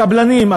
קבלנים,